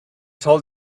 told